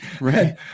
right